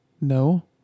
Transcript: no